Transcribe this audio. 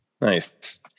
Nice